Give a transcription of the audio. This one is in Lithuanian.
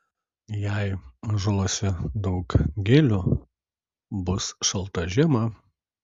jei ąžuoluose daug gilių bus šalta žiema